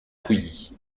pouilly